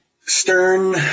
Stern